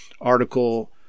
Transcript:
article